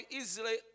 easily